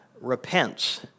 repents